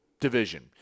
division